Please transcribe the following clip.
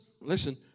listen